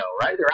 right